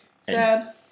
Sad